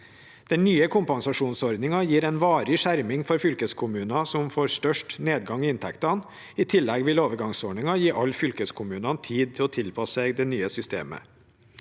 Den nye kompensasjonsordningen gir en varig skjerming for fylkeskommuner som får størst nedgang i inntektene. I tillegg vil overgangsordningen gi alle fylkeskommunene tid til å tilpasse seg det nye systemet.